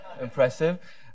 impressive